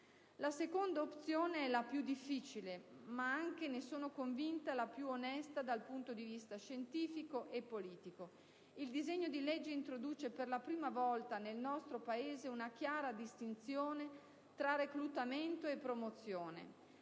La seconda opzione è la più difficile, ma anche, ne sono convinta, la più onesta dal punto di vista scientifico e politico. Il disegno di legge introduce per la prima volta nel nostro Paese una chiara distinzione tra reclutamento e promozione.